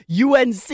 UNC